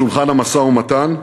לשולחן המשא-ומתן,